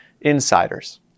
insiders